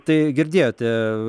tai girdėjote